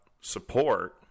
support